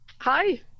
Hi